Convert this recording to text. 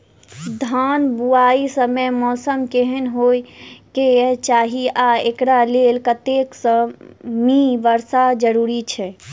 धान बुआई समय मौसम केहन होइ केँ चाहि आ एकरा लेल कतेक सँ मी वर्षा जरूरी छै?